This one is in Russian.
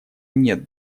нет